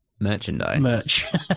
merchandise